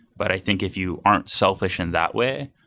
but i think if you aren't selfish in that way,